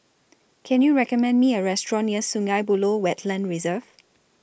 Can YOU recommend Me A Restaurant near Sungei Buloh Wetland Reserve